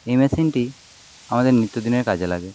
এই মেশিনটি আমাদের নিত্যদিনের কাজে লাগে